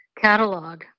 catalog